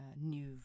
new